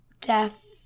death